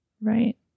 Right